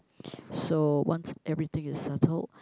so once everything is settled